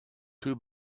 two